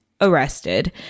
arrested